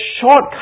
shortcut